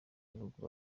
bihugu